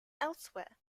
elsewhere